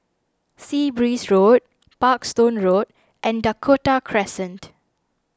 Sea Breeze Road Parkstone Road and Dakota Crescent